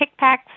kickbacks